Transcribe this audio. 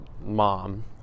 mom